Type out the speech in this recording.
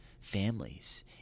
families